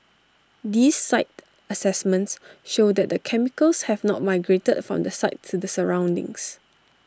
these site assessments show that the chemicals have not migrated from the site to the surroundings